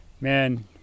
man